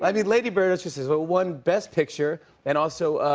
i mean, lady bird won best picture and also,